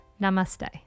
Namaste